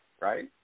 right